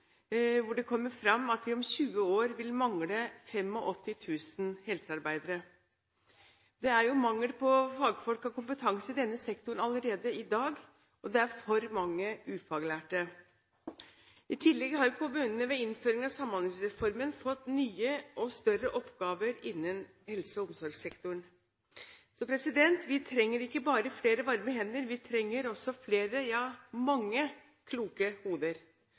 det kommer fram at vi om 20 år vil mangle 85 000 helsearbeidere. Det er mangel på fagfolk og kompetanse i denne sektoren allerede i dag, og det er for mange ufaglærte. I tillegg har kommunene ved innføringen av Samhandlingsreformen fått nye og større oppgaver innen helse- og omsorgssektoren. Vi trenger ikke bare flere varme hender, vi trenger også flere – ja, mange – kloke hoder.